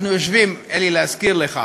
אנחנו יושבים, אלי, להזכיר לך,